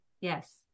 Yes